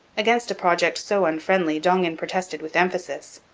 against a project so unfriendly dongan protested with emphasis.